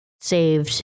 saved